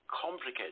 complicated